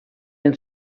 been